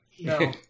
No